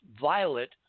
violet